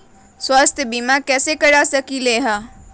स्वाथ्य बीमा कैसे करा सकीले है?